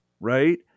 right